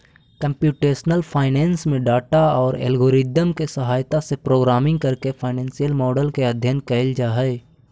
computational finance में data औउर algorithm के सहायता से प्रोग्रामिंग करके फाइनेंसियल मॉडल के अध्ययन कईल जा हई